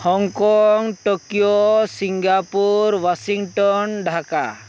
Hong Kong Tokyo Singapore Washington Dhaka